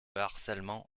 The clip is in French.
harcèlement